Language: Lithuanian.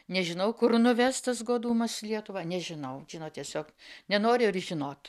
nežinau kur nuves tas godumas lietuvą nežinau žinot tiesiog nenoriu ir žinot